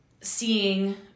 seeing